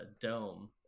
dome